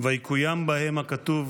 ויקוים בהם הכתוב